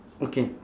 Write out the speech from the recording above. okay